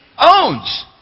owns